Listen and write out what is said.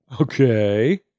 Okay